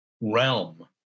realm